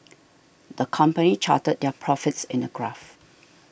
the company charted their profits in a graph